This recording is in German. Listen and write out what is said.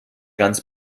ganz